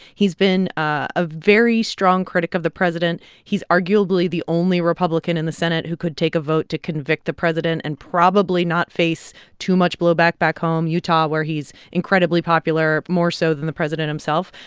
he's been a very strong critic of the president. he's arguably the only republican in the senate who could take a vote to convict the president and probably not face too much blowback back home, utah, where he's incredibly popular, more so than the president himself.